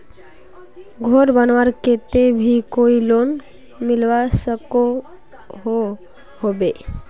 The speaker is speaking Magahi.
घोर बनवार केते भी कोई लोन मिलवा सकोहो होबे?